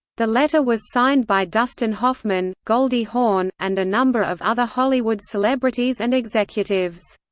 the letter was signed by dustin hoffman, goldie hawn, and a number of other hollywood celebrities and executives.